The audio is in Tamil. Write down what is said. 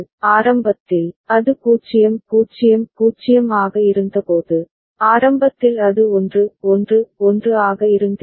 ஆரம்பத்தில் அது 0 0 0 ஆக இருந்தபோது ஆரம்பத்தில் அது 1 1 1 ஆக இருந்திருக்கும்